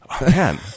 Man